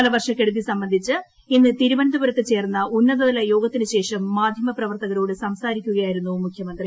കാലവർഷക്കെടുതി സംബന്ധിച്ച് ഇന്ന് തിരുവനന്തപുരത്ത് ചേർന്ന ഉന്നതതല യോഗത്തിനുശേഷം മാധ്യമപ്രവർത്തകരോട് സംസാരിക്കുകയായിരുന്നു മുഖ്യമന്ത്രി